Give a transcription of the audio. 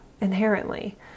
inherently